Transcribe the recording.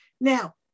Now